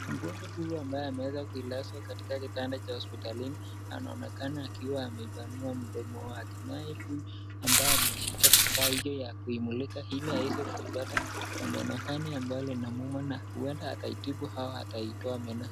Mgonjwa huu ameweza kuilazwa katika kitanda cha hospitalini anaonekana akiwa ameipanua mdomo wake, naye huyu ambaye ameshika kifaa hiyo ya kuimulika ili aweze kuipata meno ambayo inamuuma na huenda akaitibu au ataitoa meno......